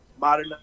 modern